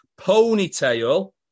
Ponytail